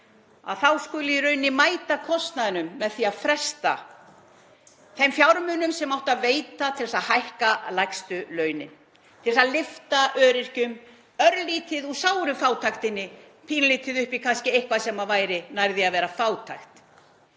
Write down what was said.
það skuli í rauninni mæta kostnaðinum með því að fresta þeim fjármunum sem átti að veita til þess að hækka lægstu launin, til að lyfta öryrkjum örlítið úr sárafátæktinni og pínulítið upp í kannski eitthvað sem væri nær því að vera fátækt.